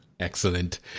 Excellent